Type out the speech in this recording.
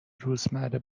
روزمره